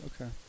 Okay